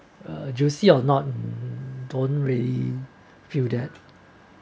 uh juicy or not don't really feel that